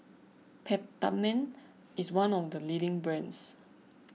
Peptamen is one of the leading brands